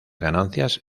ganancias